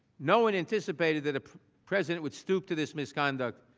nobody anticipated that a president would stoop to this misconduct,